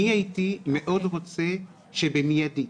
הייתי מאוד רוצה שבמידית,